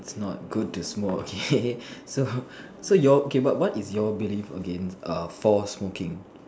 it's not good to smoke okay so your okay what is your belief against uh for smoking